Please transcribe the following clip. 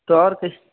تو اور کس